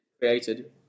created